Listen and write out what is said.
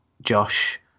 Josh